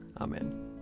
Amen